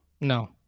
No